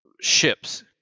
ships